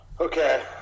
Okay